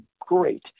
great